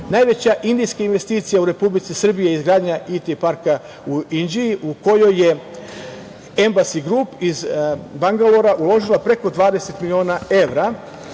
izneo. Najveća Indijska investicija u Republici Srbiji je izgradnja IT parka u Inđiji u kojoj je Embassy Group iz Bangalova uložila preko 20 miliona evra.